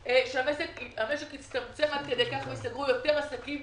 שהמשק יצטמצם עד כדי כך וייסגרו יותר עסקים